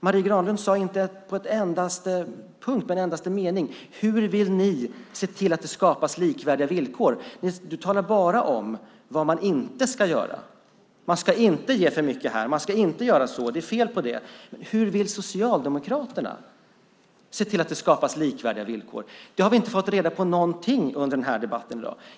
Marie Granlund sade inte en endaste mening om hur ni vill se till att det skapas likvärdiga villkor. Hon talar bara om vad man inte ska göra: Man ska inte ge för mycket här, man ska inte göra så och det är fel på det. Hur vill Socialdemokraterna se till att det skapas likvärdiga villkor? Vi har inte fått reda på någonting om det under den här debatten i dag.